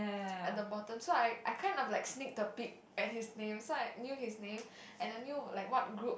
at the bottom so I I kind of like sneaked a peek at his name so I knew his name and I knew like what group